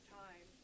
time